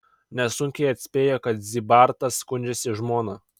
nesunkiai atspėjo kad zybartas skundžiasi žmona